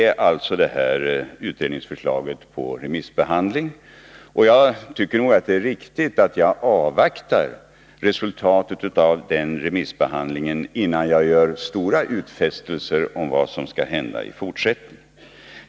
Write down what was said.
Detta utredningsförslag är alltså under remissbehandling, och jag tycker att det är riktigt att jag avvaktar resultatet av den remissbehandlingen innan jag gör stora utfästelser om vad som skall hända i fortsättningen.